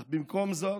אך במקום זאת,